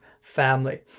family